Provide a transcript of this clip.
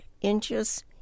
inches